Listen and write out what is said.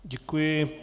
Děkuji.